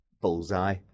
Bullseye